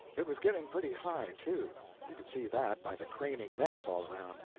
it was getting pretty high, too you could see that by the craning necks all around,